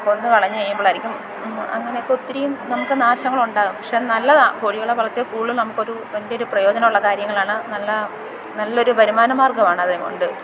കൊന്ന് കളഞ്ഞു കഴിയുമ്പോഴായിരിക്കും അങ്ങനെയൊക്കെ ഒത്തിരി നമുക്ക് നാശങ്ങളുണ്ടാകാം പക്ഷെ അതു നല്ലതാണ് കോഴികളെ വളർത്തിയാൽ കൂടുതലും നമുക്കൊരു വലിയ ഒരു പ്രയോജനം ഉള്ള കാര്യങ്ങളാണ് നല്ല നല്ലൊരു വരുമാന മാർഗ്ഗമാണ് അതെ കൊണ്ട്